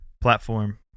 platform